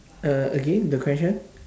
uh again the question